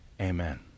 Amen